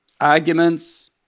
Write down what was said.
arguments